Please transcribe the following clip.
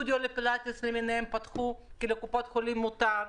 חדרי סטודיו לפילאטיס פתחו כי לקופות החולים מותר,